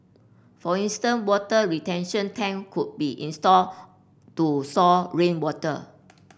for instance water retention tank could be installed to store rainwater